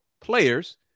players